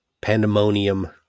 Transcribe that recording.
Pandemonium